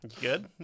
good